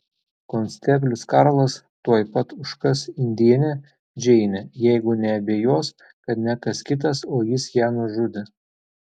konsteblis karlas tuoj pat užkas indėnę džeinę jeigu neabejos kad ne kas kitas o jis ją nužudė